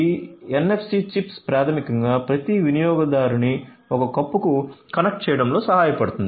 ఈ NFC chips ప్రాథమికంగా ప్రతి వినియోగదారుని ఒక కప్పుకు కనెక్ట్ చేయడంలో సహాయపడుతుంది